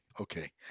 Okay